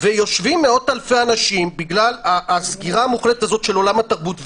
ויושבים מאות-אלפי אנשים בגלל הסגירה המוחלטת הזאת של עולם התרבות,